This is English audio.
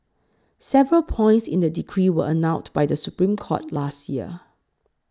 several points in the decree were annulled by the Supreme Court last year